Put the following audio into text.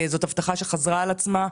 זאת הבטחה שחזרה על עצמה.